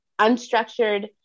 unstructured